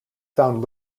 found